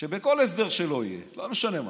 שבכל הסדר שלא יהיה, לא משנה מה,